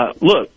look